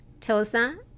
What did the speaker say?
Tosa